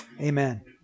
amen